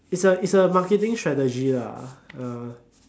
it's a it's a marketing strategy lah ah